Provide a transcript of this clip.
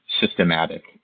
systematic